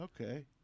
Okay